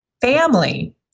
family